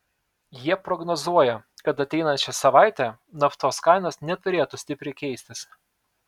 jie prognozuoja kad ateinančią savaitę naftos kainos neturėtų stipriai keistis